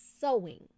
sewing